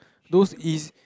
those easy